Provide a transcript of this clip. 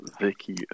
Vicky